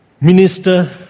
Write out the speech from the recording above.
minister